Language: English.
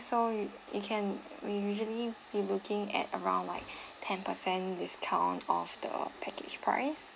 so you you can we usually be looking at around like ten percent discount off the package price